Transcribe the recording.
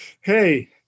hey